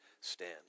stand